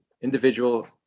individual